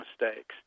mistakes